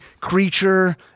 creature